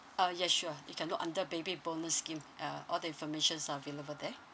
ah yes sure you can look under baby bonus scheme uh all the informations are available there